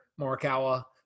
morikawa